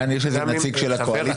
כאן יש איזה נציג של הקואליציה?